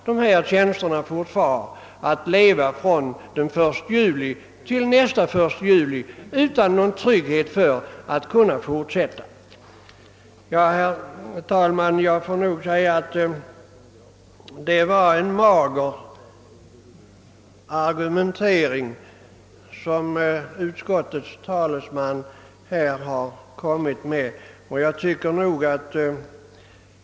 Dessa tjänster fortfar att existera från 1 juli till nästa 1 juli utan någon trygghet för att kunna fortsätta. Herr talman! Jag får nog säga att det var en mager argumentering som utskottets talesman här har kommit med.